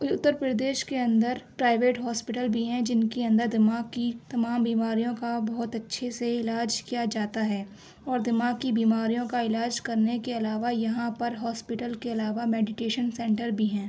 اتر پردیش کے اندر private hospital بھی ہیں جن کے اندر دماغ کی تمام بیماریوں کا بہت اچھے سے علاج کیا جاتا ہے اور دماغ کی بیماریوں کا علاج کرنے کے علاوہ یہاں پر ہاسپٹل کے علاوہ میڈیٹیشن سنٹر بھی ہیں